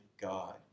God